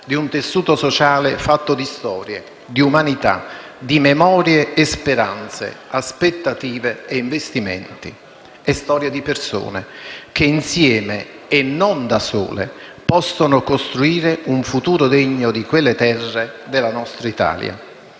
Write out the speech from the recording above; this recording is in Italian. di un tessuto sociale fatto di storie, di umanità, di memorie e speranze, aspettative e investimenti. È storia di persone, che insieme e non da sole possono costruire un futuro degno di quelle terre, della nostra Italia.